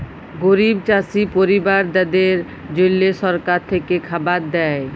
গরিব চাষী পরিবারদ্যাদের জল্যে সরকার থেক্যে খাবার দ্যায়